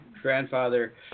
grandfather